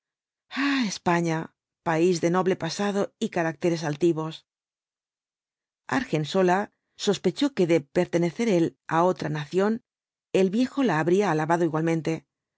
españa país de noble pasado y caracteres altivos argensola sospechó que de pertenecer él á otra nación el viejo la habría alabado igualmente